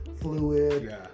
fluid